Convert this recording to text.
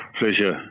Pleasure